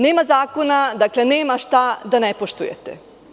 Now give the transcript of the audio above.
Nema zakona i nema šta da ne poštujete.